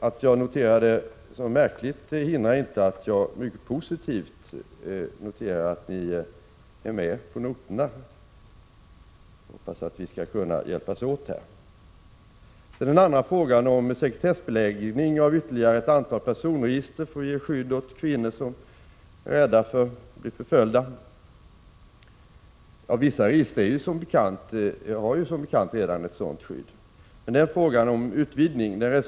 Att jag noterar detta som märkligt hindrar emellertid inte att jag som positivt noterar att ni är med på noterna. Jag hoppas att vi skall kunna hjälpas åt. Sedan till den andra frågan, om sekretessbeläggning av ytterligare ett antal personregister som skydd åt kvinnor som är rädda för att de skall bli förföljda. Vissa har som bekant redan ett sådant skydd, men här gäller det frågan om utvidgning av det skyddet.